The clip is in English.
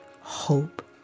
hope